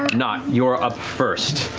nott, you are up first.